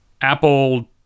Apple